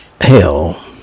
hell